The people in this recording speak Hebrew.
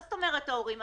מה זאת אומרת "ההורים"?